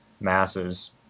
masses